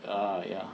err ah ya